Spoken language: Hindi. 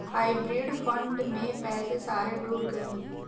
हाइब्रिड फंड में पैसे सारे डूब गए